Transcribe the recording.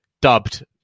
dubbed